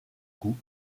coûts